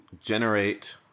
generate